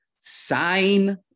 sign